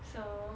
so